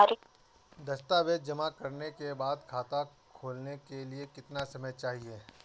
दस्तावेज़ जमा करने के बाद खाता खोलने के लिए कितना समय चाहिए?